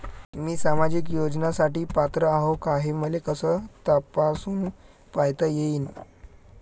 मी सामाजिक योजनेसाठी पात्र आहो का, हे मले कस तपासून पायता येईन?